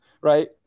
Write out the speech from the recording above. right